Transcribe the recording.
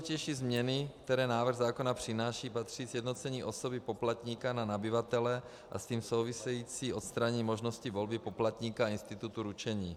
Mezi nejdůležitější změny, které návrh zákona přináší, patří sjednocení osoby poplatníka na nabyvatele a s tím související odstranění možnosti volby poplatníka a institutu ručení.